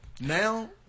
Now